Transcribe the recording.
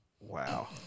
wow